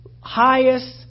highest